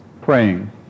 praying